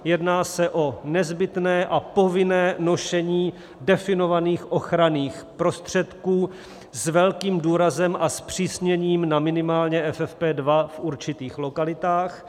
Jedná se o nezbytné a povinné nošení definovaných ochranných prostředků, s velkým důrazem a zpřísněním na minimálně FFP2 v určitých lokalitách.